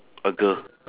a girl